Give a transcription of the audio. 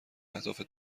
اهداف